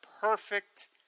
perfect